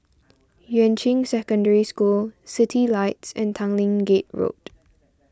Yuan Ching Secondary School Citylights and Tanglin Gate Road